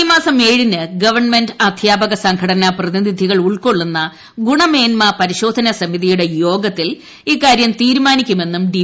ഈ മാസം ഏഴിന് ഗവൺമെന്റ് അധ്യാപക സംഘടനാ പ്രതിനിധികൾ ഉൾക്കൊള്ളുന്ന ഗുണമേന്മ പരിശോധനാസമിതിയുടെ തീരുമാനിക്കുമെന്നും ഡി